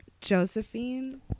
Josephine